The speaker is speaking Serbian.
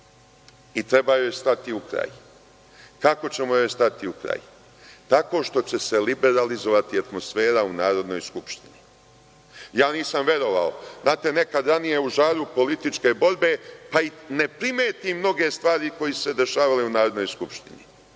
i treba joj stati u kraj. Kako ćemo joj stati u kraj? Tako što će se liberalizovati atmosfera u Narodnoj skupštini. Ja nisam verovao, znate, nekada ranije u žaru političke borbe i ne primetim mnoge stvari koje su se dešavale, ali kad se to